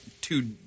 two